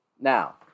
Now